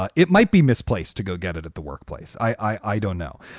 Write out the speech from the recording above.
ah it might be misplaced to go get it at the workplace. i don't know.